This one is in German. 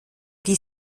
die